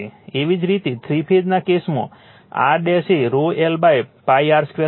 એવી જ રીતે થ્રી ફેઝના કેસ માટે R એ l r2 હશે